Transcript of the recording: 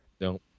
no